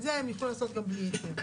את זה הם יוכלו לעשות גם בלי היתר.